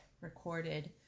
recorded